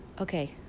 Okay